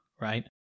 right